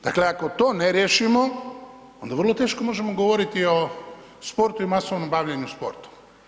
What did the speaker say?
Dakle, ako to ne riješimo, onda vrlo teško možemo govoriti o sportu i masovnom bavljenju sportom.